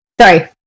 sorry